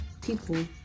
people